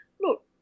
look